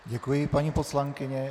Děkuji, paní poslankyně.